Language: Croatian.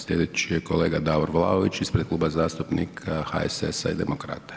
Slijedeći je kolega Davor Vlaović ispred Kluba zastupnika HSS-a i Demokrata.